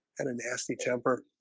and a nasty temper